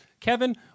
Kevin